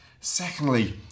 secondly